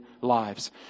lives